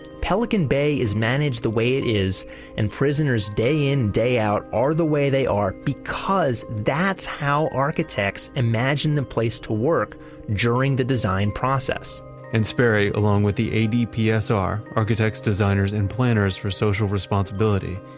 pelican bay is managed the way it is and prisoners day in day out are the way they are because that's how architects imagine the place to work during the design process and sperry along with the adpsr, architects designers and planners for social responsibility,